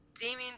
Damien